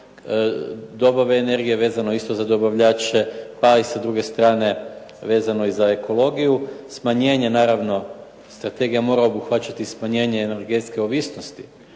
dobave energije vezano isto za dobavljače pa i sa druge strane vezano i za ekologiju. Smanjenje naravno, strategija mora obuhvaćati i smanjenje energetske ovisnosti